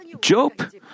Job